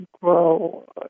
grow